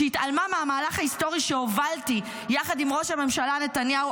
שהתעלמה מהמהלך ההיסטורי שהובלתי יחד עם ראש הממשלה נתניהו,